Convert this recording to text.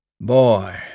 Boy